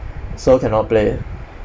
so cannot play